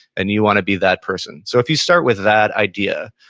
and you want to be that person. so if you start with that idea,